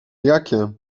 jakie